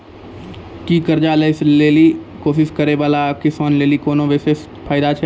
कि कर्जा लै के लेली कोशिश करै बाला किसानो लेली कोनो विशेष फायदा छै?